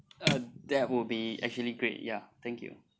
uh that would be actually great ya thank you